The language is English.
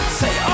say